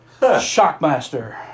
Shockmaster